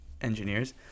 engineers